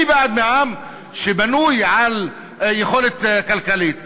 אני בעד מע"מ שבנוי על יכולת כלכלית,